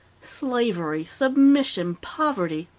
slavery, submission, poverty,